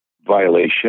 violation